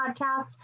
podcast